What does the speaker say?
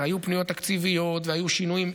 הרי היו פניות תקציביות והיו שינויים,